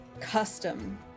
custom